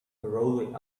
thoroughly